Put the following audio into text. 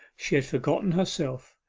she had forgotten herself,